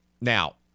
Now